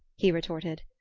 he retorted.